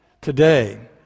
today